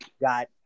got